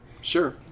Sure